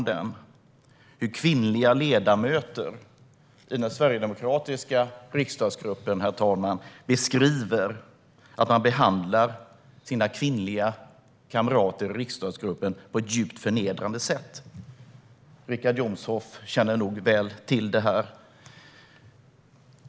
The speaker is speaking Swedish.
Kvinnliga ledamöter i den sverigedemokratiska riksdagsgruppen beskriver, herr talman, att man där behandlar sina kvinnliga kamrater på ett djupt förnedrande sätt. Richard Jomshof känner nog väl till detta.